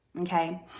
Okay